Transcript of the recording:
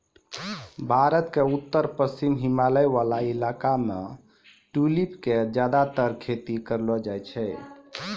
भारत के उत्तर पश्चिमी हिमालय वाला इलाका मॅ ट्यूलिप के ज्यादातर खेती करलो जाय छै